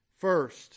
First